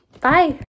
Bye